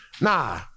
nah